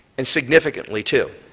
and significantly too.